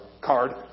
card